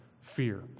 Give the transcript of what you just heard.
fear